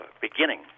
beginning